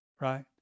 Right